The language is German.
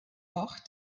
auch